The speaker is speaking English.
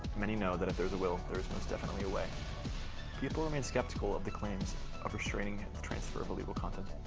many know that if there's a will, there's most definitely a way people remain skeptical of the claims of restraining the transfer of illegal content.